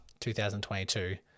2022